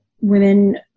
women